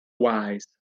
wise